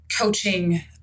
coaching